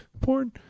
Porn